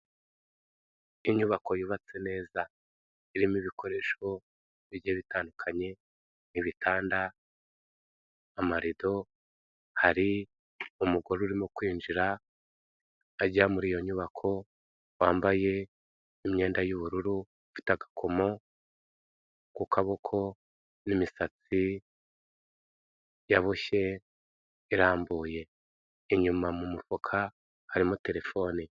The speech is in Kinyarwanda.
Inyubako yubatse neza irimo ibikoresho bigiye bitandukanye, ibitanda, amarido, hari umugore urimo kwinjira ajya muri iyo nyubako, wambaye imyenda y'ubururu, ufite agakomo ku kaboko n'imisatsi yaboshye irambuye, inyuma mu mufuka harimo telefone.